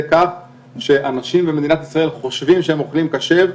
כך שאנשים במדינת ישראל חושבים שהם אוכלים כשר,